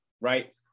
right